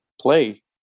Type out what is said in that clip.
play